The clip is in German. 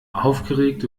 aufgeregt